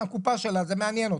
הקופה שלה זה מעניין אותה.